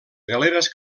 galeres